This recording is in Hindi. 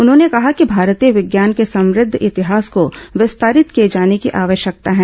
उन्होंने कहा कि भारतीय विज्ञान के समुद्ध इतिहास को विस्तारित किए जाने की आवश्यकता है